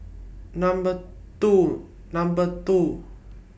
Number two Number two